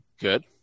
Good